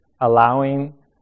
allowing